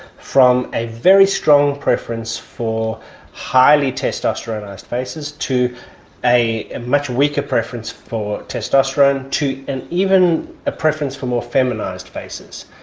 from a very strong preference for a highly testosteronised faces, to a much weaker preference for testosterone, to and even a preference for more feminised faces.